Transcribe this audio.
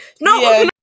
No